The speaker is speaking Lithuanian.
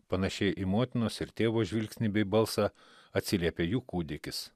panašiai į motinos ir tėvo žvilgsnį bei balsą atsiliepia jų kūdikis